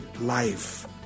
life